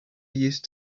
used